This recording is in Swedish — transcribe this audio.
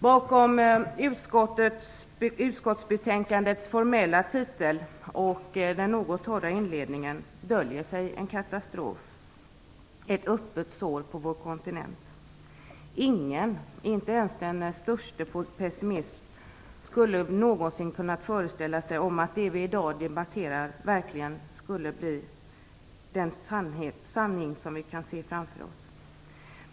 Bakom utskottsbetänkandets formella titel och den något torra inledningen döljer sig en katastrof, ett öppet sår på vår kontinent. Ingen, inte ens den störste pessimist, skulle någonsin ha kunnat föreställa sig att det vi i dag debatterar skulle bli den sanning som vi kan se framför oss.